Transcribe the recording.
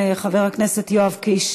אז בוא תסכם, חבר הכנסת יואב קיש.